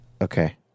Okay